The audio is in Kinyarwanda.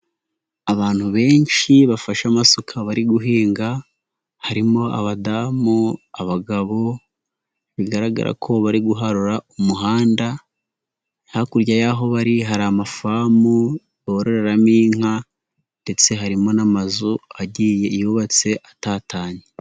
Abantu benshi bafashe amasuka bari guhinga, harimo abadamu, abagabo, bigaragara ko bari guharura umuhanda, hakurya y'aho bari hari amafamu, bororeramo inka ndetse harimo n'amazu, agiye yubatse atatanye.